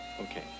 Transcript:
Okay